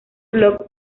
blog